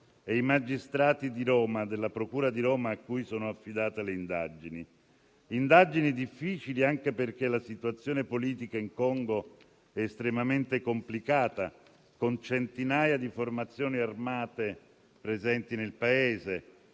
e i magistrati della procura di Roma, cui sono affidate le indagini. Si tratta di indagini difficili, anche perché la situazione politica in Congo è estremamente complicata, con centinaia di formazioni armate presenti nel Paese.